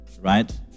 right